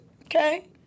Okay